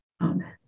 Amen